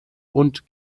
und